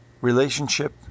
relationship